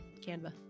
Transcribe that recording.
canva